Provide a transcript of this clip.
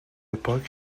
پاک